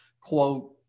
Quote